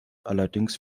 allerdings